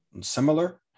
similar